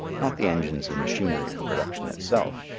not the engines and machinery of production itself.